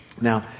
Now